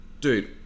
dude